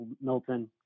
Milton